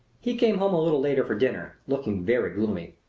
he came home a little later for dinner, looking very gloomy.